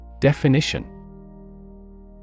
Definition